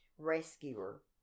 rescuer